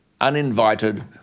uninvited